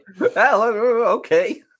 Okay